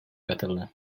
katıldı